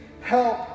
Help